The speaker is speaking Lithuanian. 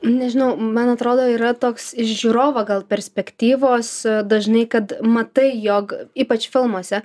nežinau man atrodo yra toks iš žiūrovo gal perspektyvos dažnai kad matai jog ypač filmuose